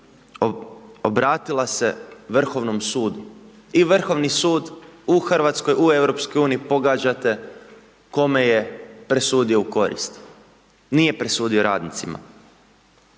obratila se Vrhovnom sudu i Vrhovni sud u Hrvatskoj, u EU, pogađate, kome je presudio u korist, nije presudio radnicima.